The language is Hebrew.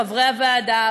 חברי הוועדה,